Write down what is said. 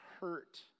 hurt